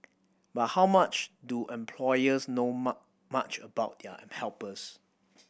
but how much do employers know much about their am helpers